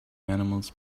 animals